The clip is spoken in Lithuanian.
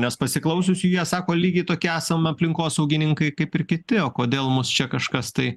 nes pasiklausius jų jie sako lygiai tokie esam aplinkosaugininkai kaip ir kiti o kodėl mus čia kažkas tai